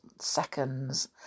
seconds